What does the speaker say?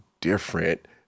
different